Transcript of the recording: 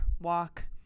walk